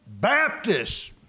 Baptist